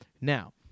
now